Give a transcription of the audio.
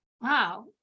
Wow